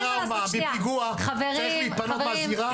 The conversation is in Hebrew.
חברים בפיגוע צריך להתפנות מהזירה,